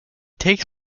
takes